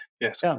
Yes